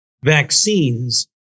vaccines